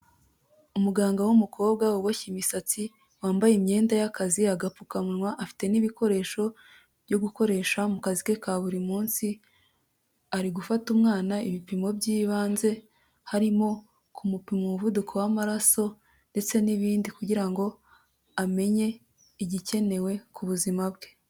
Umuganga w'umukobwa uboshye imisatsi, wambaye imyenda y'akazi, agapfukamunwa, afite n'ibikoresho byo gukoresha mu kazi ke ka buri munsi, ari gufata umwana ibipimo by'ibanze, harimo kumupima umuvuduko w'amaraso ndetse n'ibindi kugira ngo amenye igikenewe ku buzima bwe.